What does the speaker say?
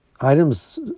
items